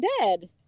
dead